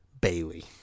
Bailey